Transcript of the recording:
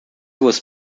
was